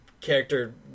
character